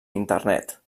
internet